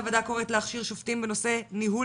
הוועדה קוראת להכשיר שופטים בנושא ניהול